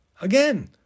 Again